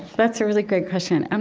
that's a really great question. and